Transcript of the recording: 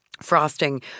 frosting